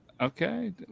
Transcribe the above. okay